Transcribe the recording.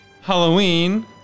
Halloween